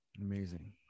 Amazing